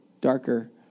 darker